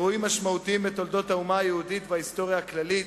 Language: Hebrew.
אירועים משמעותיים בתולדות האומה היהודית וההיסטוריה הכללית,